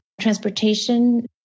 transportation